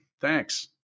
thanks